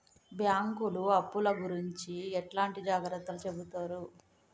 బ్యాంకులు అప్పుల గురించి ఎట్లాంటి జాగ్రత్తలు చెబుతరు?